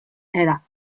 era